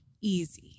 easy